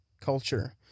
culture